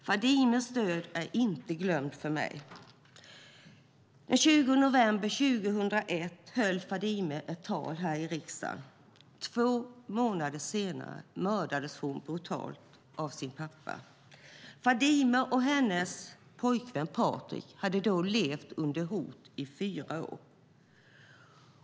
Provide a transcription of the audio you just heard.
Fadimes död är inte glömd för mig. Den 20 nov 2001 höll Fadime ett tal här i riksdagen. Två månader senare mördades hon brutalt av sin pappa. Fadime och hennes pojkvän Patrik hade då levt under hot i fyra år.